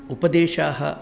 उपदेशाः